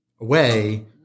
away